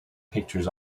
pictures